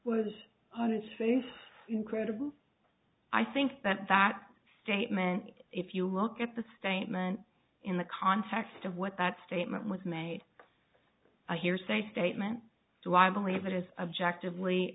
was on its face and incredible i think that that statement if you look at the statement in the context of what that statement was made a hearsay statement to i believe it is objective